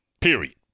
period